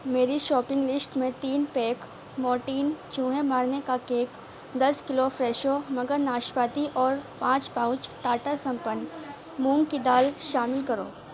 میری shopping list میں تین پیک مورٹین چوہے مارنے کا کیک دس کلو فریشو مگر ناشپاتی اور پانچ پاؤچ ٹاٹا سمپن مونگ کی دال شامل کرو